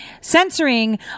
Censoring